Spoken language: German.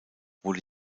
wurde